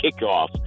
kickoff